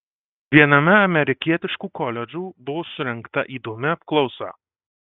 viename amerikietiškų koledžų buvo surengta įdomi apklausa